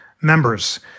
members